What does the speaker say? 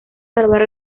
salvar